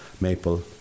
maple